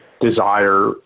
desire